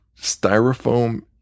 styrofoam